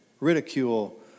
ridicule